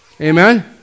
Amen